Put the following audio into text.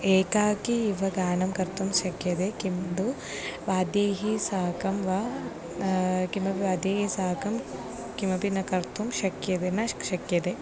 एकाकी एव गानं कर्तुं शक्यते किन्तु वाद्यैः साकं वा किमपि वादनसाकं किमपि न कर्तुं शक्यते न शक्यते